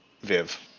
Viv